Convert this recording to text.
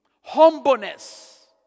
humbleness